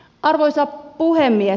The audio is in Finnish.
arvoisa puhemies